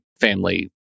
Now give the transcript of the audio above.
family